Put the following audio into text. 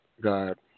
God